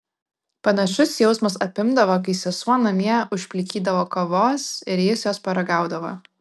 panašus jausmas apimdavo kai sesuo namie užplikydavo kavos ir jis jos paragaudavo